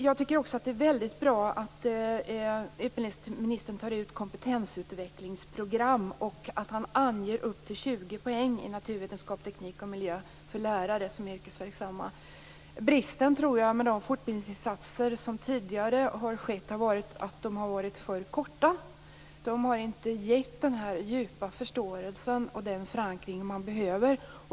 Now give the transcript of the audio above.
Jag tycker också att det är väldigt bra att utbildningsministern tar upp kompetensutvecklingsprogram och att man anger upp till 20 poäng i naturvetenskap, teknik och miljö för lärare som är yrkesverksamma. Bristen i de fortbildningsinsatser som tidigare har gjorts tror jag har varit att de har varit för korta. De har inte gett den djupa förståelse och förankring man behöver.